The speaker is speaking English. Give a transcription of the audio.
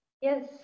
Yes